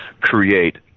create